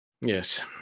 Yes